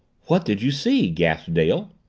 what did you see? gasped dale.